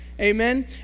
Amen